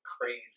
crazy